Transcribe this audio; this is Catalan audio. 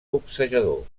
boxejador